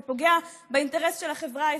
זה פוגע באינטרס של החברה הישראלית,